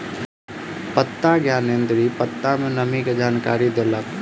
पत्ता ज्ञानेंद्री पत्ता में नमी के जानकारी देलक